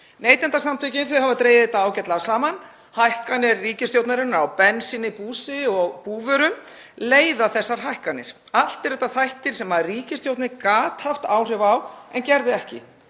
Neytendasamtökin hafa dregið þetta ágætlega saman: Hækkanir ríkisstjórnarinnar á bensíni, búsi og búvörum leiða þessar hækkanir. Allt eru þetta þættir sem ríkisstjórnin gat haft áhrif á en gerði ekki